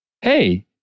Hey